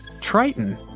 Triton